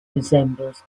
resembles